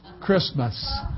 Christmas